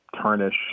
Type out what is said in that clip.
tarnish